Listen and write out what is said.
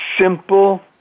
simple